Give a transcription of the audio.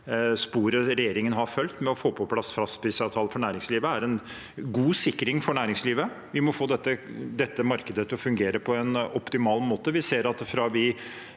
sporet regjeringen har fulgt med å få på plass fastprisavtaler for næringslivet – er en god sikring for næringslivet. Vi må få dette markedet til å fungere på en optimal måte.